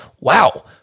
wow